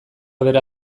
bera